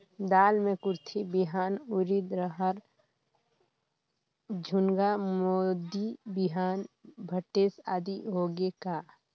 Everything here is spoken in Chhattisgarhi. दाल मे कुरथी बिहान, उरीद, रहर, झुनगा, बोदी बिहान भटेस आदि होगे का?